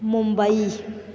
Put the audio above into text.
Mumbai